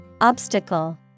Obstacle